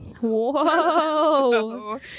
whoa